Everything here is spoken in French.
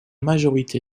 majorité